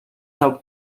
have